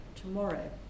tomorrow